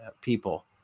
people